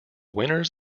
winners